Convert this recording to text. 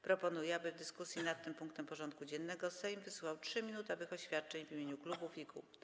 Proponuję, aby w dyskusji nad tym punktem porządku dziennego Sejm wysłuchał 3-minutowych oświadczeń w imieniu klubów i kół.